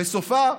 וסופה,